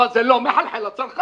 אבל זה לא מחלחל לצרכן.